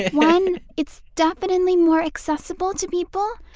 one, it's definitely more accessible to people.